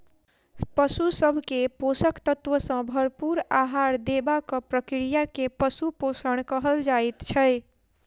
पशु सभ के पोषक तत्व सॅ भरपूर आहार देबाक प्रक्रिया के पशु पोषण कहल जाइत छै